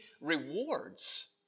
rewards